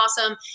awesome